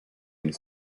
une